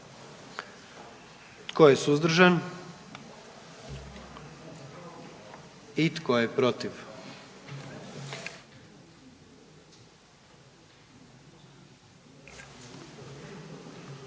Tko je suzdržan? I tko je protiv?